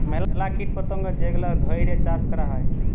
ম্যালা কীট পতঙ্গ যেগলা ধ্যইরে চাষ ক্যরা হ্যয়